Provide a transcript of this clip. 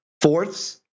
fourths